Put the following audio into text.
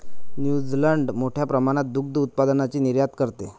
New Zealand मोठ्या प्रमाणात दुग्ध उत्पादनाची निर्यात करते